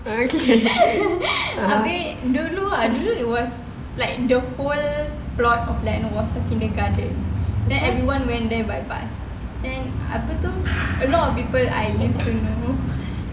abeh dulu ah dulu was like the whole plot of land was a kindergarten then everyone went there by bus then apa tu a lot of people I used to know